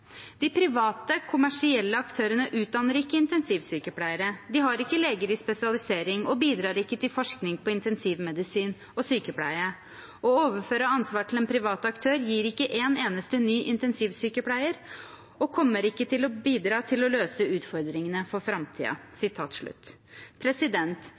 private, kommersielle aktørene utdanner ikke intensivsykepleiere, har ikke leger i spesialisering, og bidrar ikke til forskning på intensivmedisin og -sykepleie. Å overføre ansvar til en privat aktør gir ikke en eneste ny intensivsykepleier, og kommer ikke til å bidra til å løse utfordringene for framtida.»